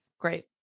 Great